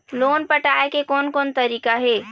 Loan पटाए के कोन कोन तरीका हे?